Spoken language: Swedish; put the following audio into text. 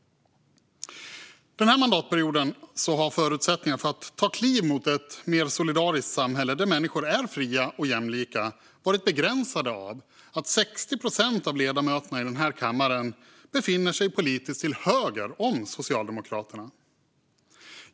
Den här mandatperioden har förutsättningarna att ta kliv mot ett solidariskt samhälle där människor är fria och jämlika varit begränsade av att 60 procent av ledamöterna här i kammaren befinner sig politiskt till höger om Socialdemokraterna.